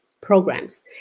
programs